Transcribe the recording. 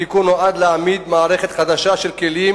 התיקון נועד להעמיד מערכת חדשה של כלים